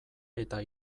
eta